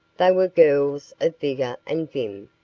they were girls of vigor and vim,